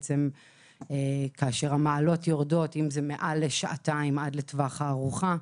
שכאשר המעלות יורדות מעל לשעתיים עד לטווח הארוחה,